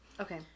Okay